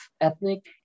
ethnic